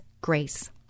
grace